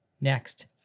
Next